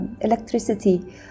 electricity